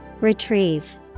Retrieve